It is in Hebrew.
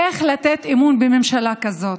איך לתת אמון בממשלה כזאת?